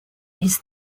his